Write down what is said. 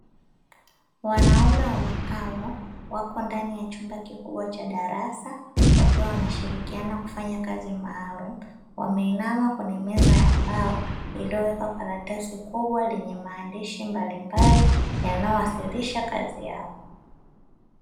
Wanaume wa makamo wako ndani ya chumba kikubwa cha darasa, wakiwa wanashirikiana kufanya kazi maalumu, wameinama kwenye meza ya mbao iliyowekwa karatasi kubwa yenye maandishi mbalimbali yanayowakilisha kazi yao.